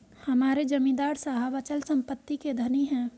हमारे जमींदार साहब अचल संपत्ति के धनी हैं